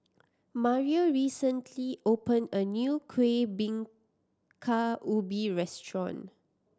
Mario recently opened a new Kueh Bingka Ubi restaurant